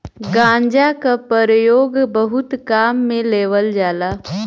गांजा क परयोग बहुत काम में लेवल जाला